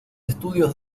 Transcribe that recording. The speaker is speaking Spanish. estudios